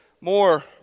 more